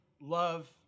love